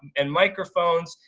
and microphones.